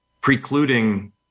precluding